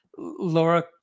Laura